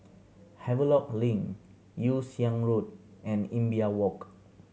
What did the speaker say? Havelock Link Yew Siang Road and Imbiah Walk